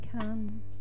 come